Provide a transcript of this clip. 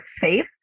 safe